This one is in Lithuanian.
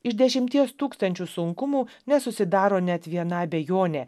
iš dešimties tūkstančių sunkumų nesusidaro net viena abejonė